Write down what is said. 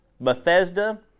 Bethesda